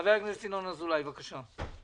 חבר הכנסת ינון אזולאי, בבקשה.